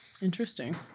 Interesting